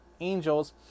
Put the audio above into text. Angels